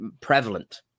prevalent